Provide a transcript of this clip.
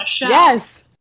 yes